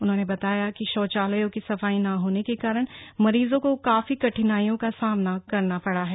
उन्होने बताया की शौचालयों की सफाई ना होने के कारण मरीजों को काफी कठिनाइयों का सामना करना पड़ा है